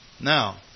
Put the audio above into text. Now